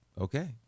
okay